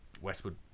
Westwood